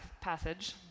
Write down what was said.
passage